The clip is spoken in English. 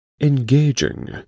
Engaging